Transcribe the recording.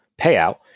payout